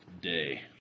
day